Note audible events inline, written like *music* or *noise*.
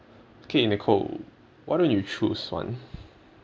okay nicole why don't you choose one *breath*